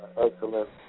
excellent